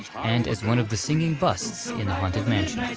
and as one of the singing busts in the haunted mansion.